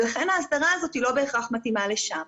לכן ההסדרה הזאת לא בהכרח מתאימה לשם.